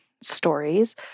stories